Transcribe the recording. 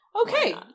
Okay